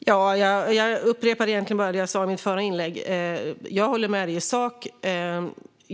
Fru talman! Jag upprepar det jag sa i mitt förra inlägg. Jag håller med i sak.